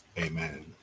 Amen